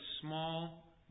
small